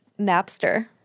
Napster